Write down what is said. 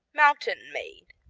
mountain-made.